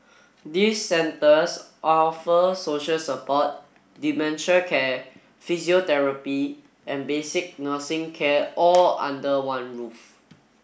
these centres offer social support dementia care physiotherapy and basic nursing care all under one roof